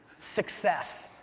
success.